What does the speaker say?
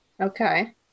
Okay